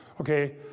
Okay